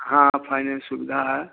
हाँ फाइनेंस सुविधा है